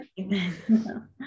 Amen